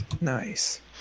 Nice